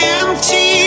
empty